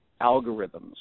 algorithms